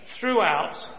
throughout